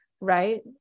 right